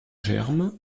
germes